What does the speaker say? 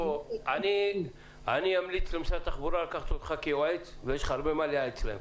אני אמליץ למשרד התחבורה לקחת אותך כיועץ ויש לך הרבה מה לייעץ להם.